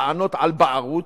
טענות על בערות,